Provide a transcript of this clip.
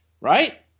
right